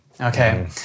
okay